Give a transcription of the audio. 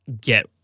get